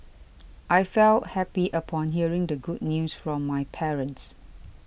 I felt happy upon hearing the good news from my parents